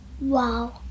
Wow